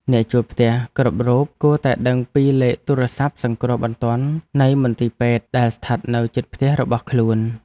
អ្នកជួលផ្ទះគ្រប់រូបគួរតែដឹងពីលេខទូរស័ព្ទសង្គ្រោះបន្ទាន់នៃមន្ទីរពេទ្យដែលស្ថិតនៅជិតផ្ទះរបស់ខ្លួន។